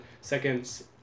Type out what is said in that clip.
seconds